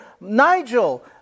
Nigel